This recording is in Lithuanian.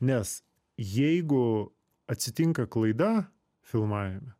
nes jeigu atsitinka klaida filmavime